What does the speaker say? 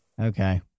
Okay